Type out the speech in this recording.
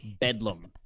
Bedlam